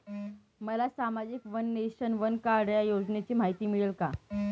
मला सामाजिक one nation, one card या योजनेची माहिती मिळेल का?